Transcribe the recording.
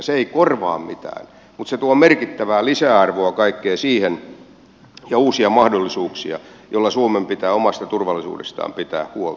se ei korvaa mitään mutta se tuo merkittävää lisäarvoa kaikkeen siihen ja uusia mahdollisuuksia joilla suomen pitää omasta turvallisuudestaan pitää huolta